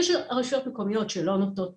יש רשויות מקומיות שלא נותנות בכלל,